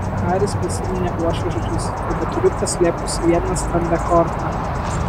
haris prisiminė uošvės žodžius tebeturiu paslėpusi vieną stambią kortą